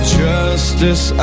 justice